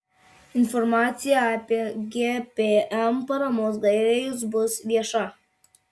informacija apie gpm paramos gavėjus bus vieša